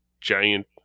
giant